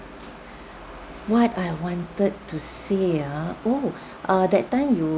what I wanted to say uh oh uh that time you